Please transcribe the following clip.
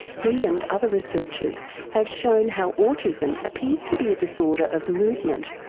he and other researchers have shown how autism appears to be a disorder of movement,